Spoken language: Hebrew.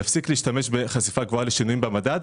הוא יפסיק להשתמש בחשיפה גבוהה לשינויים במדד,